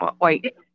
wait